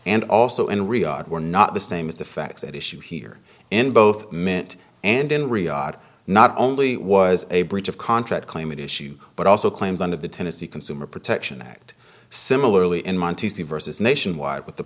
and also in riyadh were not the same as the facts at issue here in both meant and in riyadh not only was a breach of contract claim that issue but also claims under the tennessee consumer protection act similarly in monte versus nationwide but the